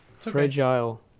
Fragile